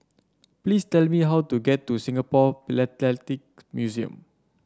please tell me how to get to Singapore Philatelic Museum